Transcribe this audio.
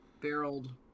barreled